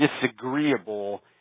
disagreeable